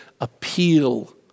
appeal